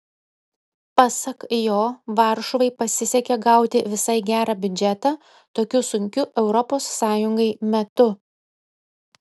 pasak jo varšuvai pasisekė gauti visai gerą biudžetą tokiu sunkiu europos sąjungai metu